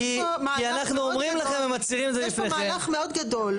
יש פה מהלך מאוד גדול,